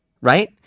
Right